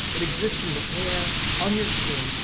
it exists in the air, on your skin,